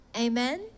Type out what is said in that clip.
Amen